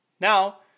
now